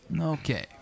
Okay